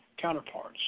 counterparts